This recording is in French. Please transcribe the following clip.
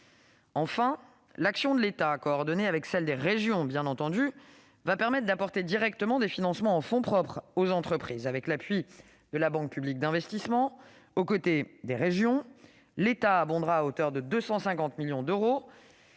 Enfin, l'action de l'État, coordonnée avec celle des régions, permettra d'apporter directement des financements en fonds propres aux entreprises. Avec l'appui de la Banque publique d'investissement, l'État abondera à hauteur de 250 millions d'euros